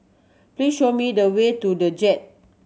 please show me the way to The Jade